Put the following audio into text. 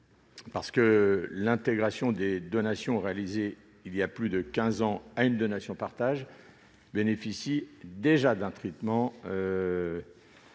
parce que l'intégration des donations réalisées il y a plus de quinze ans à une donation-partage bénéficie déjà d'un traitement fiscal